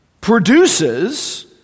produces